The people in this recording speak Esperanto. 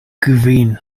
kvin